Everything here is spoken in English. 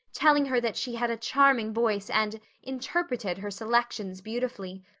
telling her that she had a charming voice and interpreted her selections beautifully.